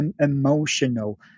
emotional